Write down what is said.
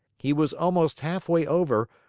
he was almost halfway over,